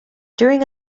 during